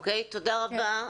תודה רבה.